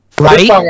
Right